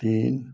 तीन